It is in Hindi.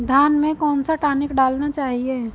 धान में कौन सा टॉनिक डालना चाहिए?